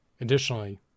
Additionally